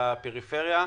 בפריפריה.